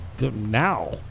now